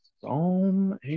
Psalm